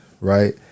right